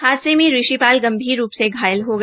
हादसे में ऋषि पाल गंभीर रूप से घायल हो गया